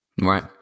Right